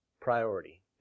priority